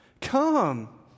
come